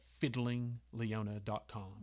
fiddlingleona.com